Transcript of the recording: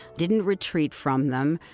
didn't retreat from them,